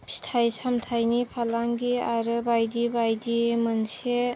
फिथाइ सामथाइनि फालांगि आरो बायदि बायदि मोनसे